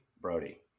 Brody